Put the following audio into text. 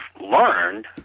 learned